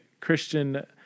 Christian